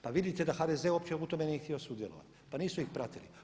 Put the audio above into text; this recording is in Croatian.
Pa vidite da HDZ uopće u tome nije htio sudjelovati, pa nisu ih pratili.